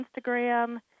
Instagram